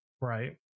Right